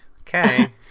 Okay